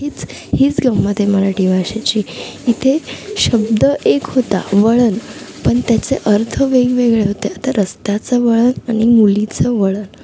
हीच हीच गंमत आहे मराठी भाषेची इथे शब्द एक होता वळण पण त्याचं अर्थ वेगवेगळे होते आता रस्त्याचं वळण आणि मुलीचं वळण